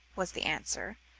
was the answer.